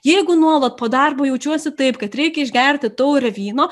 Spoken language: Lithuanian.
jeigu nuolat po darbo jaučiuosi taip kad reikia išgerti taurę vyno